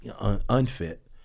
unfit